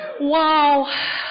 Wow